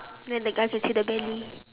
then the guy can see the belly